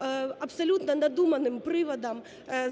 абсолютно надуманим приводом: